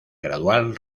gradual